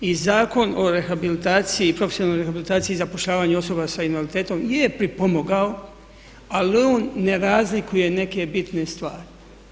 I Zakon o rehabilitaciji, profesionalnoj rehabilitaciji i zapošljavanju osoba sa invaliditetom je pripomogao ali on ne razlikuje neke bitne stvari.